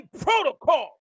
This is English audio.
protocol